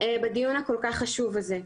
בדיון הכל כך חשוב הזה.